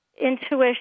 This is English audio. intuition